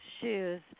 shoes